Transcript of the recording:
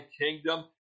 kingdom